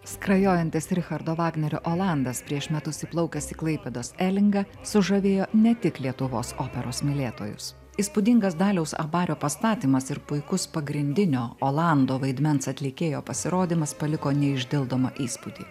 skrajojantis richardo vagnerio olandas prieš metus įplaukęs į klaipėdos elingą sužavėjo ne tik lietuvos operos mylėtojus įspūdingas daliaus abario pastatymas ir puikus pagrindinio olando vaidmens atlikėjo pasirodymas paliko neišdildomą įspūdį